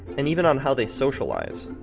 and even on how they socialize.